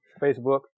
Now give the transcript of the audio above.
Facebook